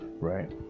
right